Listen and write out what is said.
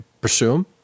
presume